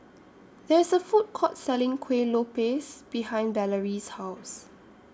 There IS A Food Court Selling Kueh Lopes behind Valarie's House